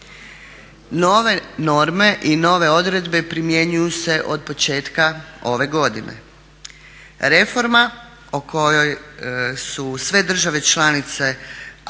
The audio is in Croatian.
Nove reforme i nove odredbe primjenjuju se od početka ove godine. Reforma u kojoj su sve države članice aktivno